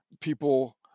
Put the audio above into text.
People